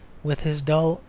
with his dull,